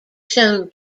shown